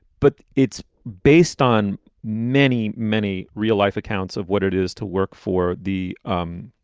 but it's based on many, many real-life accounts of what it is to work for the um